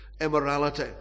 immorality